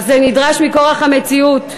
אך זה נדרש מכורח המציאות,